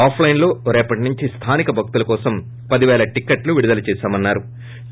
ఆఫ్లైన్లో రేపటి నుంచి స్టానిక భక్తుల కోసం పది పేల టిక్కెట్లు విడుదల చేశామన్నారు